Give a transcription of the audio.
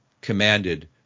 commanded